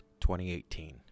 2018